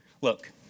look